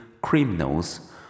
criminals